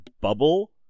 bubble